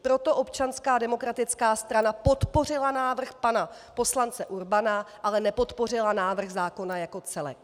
Proto Občanská demokratická strana podpořila návrh pana poslance Urbana, ale nepodpořila návrh zákona jako celek.